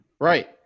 right